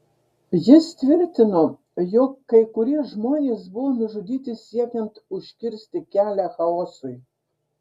jis tvirtino jog kai kurie žmonės buvo nužudyti siekiant užkirsti kelią chaosui